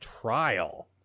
Trial